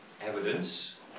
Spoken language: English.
evidence